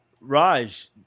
Raj